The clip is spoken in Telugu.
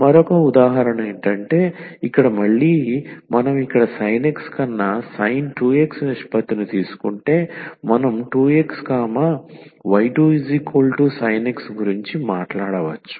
మరొక ఉదాహరణ ఇక్కడ మళ్ళీ మనం ఇక్కడ sin x కన్నా sin 2x నిష్పత్తిని తీసుకుంటే మనం 2x y2sin x గురించి మాట్లాడవచ్చు